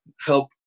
help